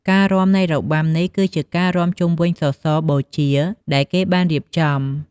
ការរាំនៃរបាំនេះគឺគេរាំជុំវិញសសរបូជាដែលគេបានរៀបចំ។